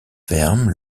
ferme